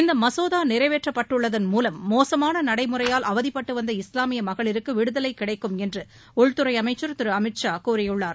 இந்த மசோதா நிறைவேற்றப்பட்டுள்ளதன் மூலம் மோசமான நடைமுறையால் அவதிப்பட்டுவந்த இஸ்லாமிய மகளிருக்கு விடுதலை கிடைக்கும் என்று உள்துறை அமைச்சர் திரு அமித் ஷா கூறியுள்ளார்